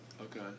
Okay